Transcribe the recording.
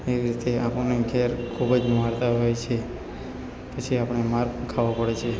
એ રીતે આપણને ઘેર ખૂબ જ મારતા હોય છે પછી આપણે માર ખાવો પડે છે